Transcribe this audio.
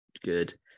good